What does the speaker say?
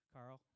Carl